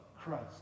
Christ